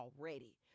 already